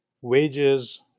wages